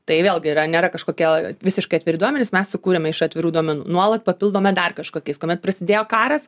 tai vėlgi yra nėra kažkokie visiškai atviri duomenys mes sukūrėme iš atvirų duomenų nuolat papildome dar kažkokiais kuomet prasidėjo karas